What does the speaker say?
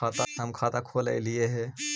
हम खाता खोलैलिये हे?